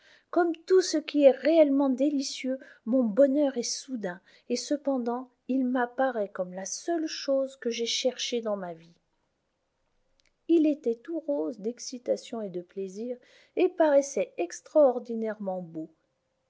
gomme tout ce qui est réellement délicieux mon bonheur est soudain et cependant il m'apparaît comme la seule chose que j'aie cherchée dans ma vie il était tout rose d'excitation et de plaisir et paraissait extraordinairement beau